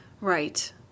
Right